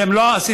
אתם לא עשיתם.